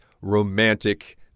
romantic